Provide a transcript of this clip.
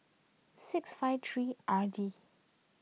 six five three R D